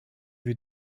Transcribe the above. wir